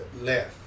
left